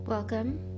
Welcome